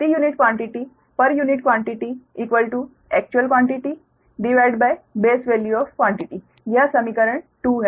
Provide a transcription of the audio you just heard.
तो प्रति unit quantity per unit quantity actual quantitybase value of quantity यह समीकरण 2 है